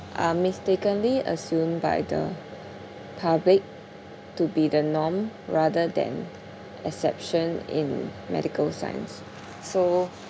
are mistakenly assumed by the public to be the norm rather than exception in medical science so